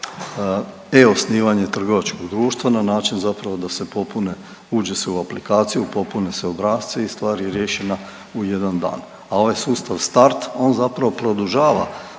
e-osnivanje trgovačkog društva na način zapravo da se popune, uđe se u aplikaciju, popune se obrasci i stvar je riješena u jedan dan, a ovaj sustav Start on zapravo produžava